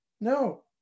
no